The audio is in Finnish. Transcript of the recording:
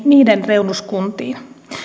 niiden reunuskuntiin